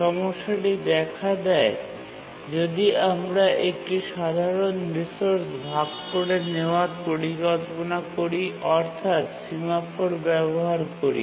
সমস্যাটি দেখা দেয় যদি আমরা একটি সাধারণ রিসোর্স ভাগ করে নেওয়ার পরিকল্পনা করি অর্থাৎ সিমফোর ব্যবহার করি